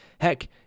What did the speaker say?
heck